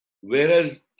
Whereas